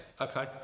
Okay